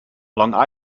long